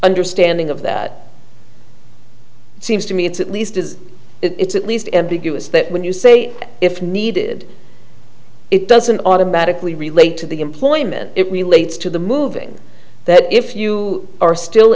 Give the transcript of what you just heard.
understanding of that seems to me it's at least as it's at least ambiguous that when you say if needed it doesn't automatically relate to the employment it relates to the moving that if you are still